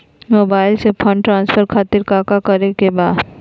Mobile से fund transfer खातिर काका करे के बा?